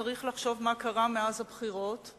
וצריך לחשוב מה קרה מאז הבחירות.